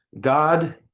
God